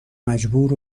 مجبور